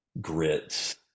grits